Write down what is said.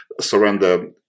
surrender